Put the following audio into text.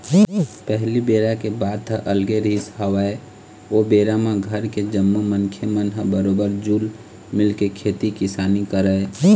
पहिली बेरा के बात ह अलगे रिहिस हवय ओ बेरा म घर के जम्मो मनखे मन ह बरोबर जुल मिलके खेती किसानी करय